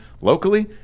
locally